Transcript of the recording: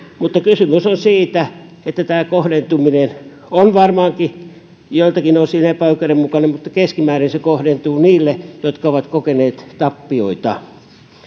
mutta kysymys on siitä että kohdentuminen on varmaankin joiltakin osin epäoikeudenmukainen mutta keskimäärin se kohdentuu niille jotka ovat kokeneet tappioita